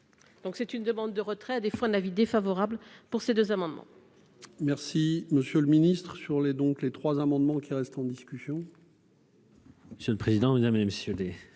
donc c'est une demande de retrait à des fois un avis défavorable pour ces 2 amendements.